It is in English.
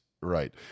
right